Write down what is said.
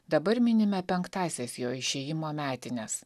dabar minime penktąsias jo išėjimo metines